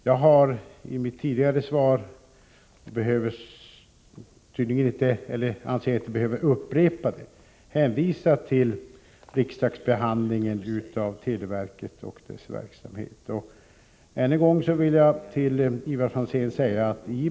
Jag har i mitt svar hänvisat till riksdagsbehandlingen av frågan om televerket och dess verksamhet.